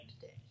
today